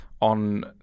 on